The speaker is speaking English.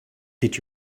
did